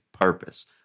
purpose